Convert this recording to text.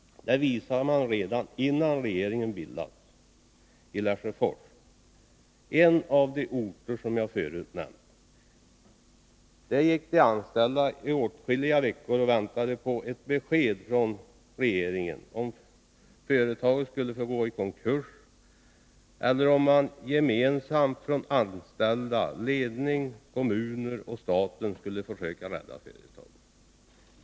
Det visade man redan innan regeringen bildats. ILesjöfors, en av orterna som jag förut nämnt, gick de anställda i åtskilliga veckor och väntade på ett besked från den borgerliga regeringen, om företaget skulle få gå i konkurs eller om man gemensamt från anställda, ledning, kommunen och staten skulle försöka rädda företaget.